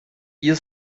ihr